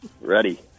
Ready